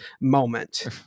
moment